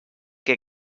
que